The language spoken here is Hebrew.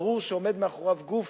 ברור שעומד מאחוריו גוף